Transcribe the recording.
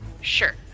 Sure